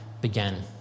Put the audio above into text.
began